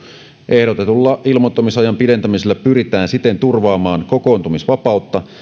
ehdotetulla ilmoittamisajan pidentämisellä pyritään siten turvaamaan kokoontumisvapautta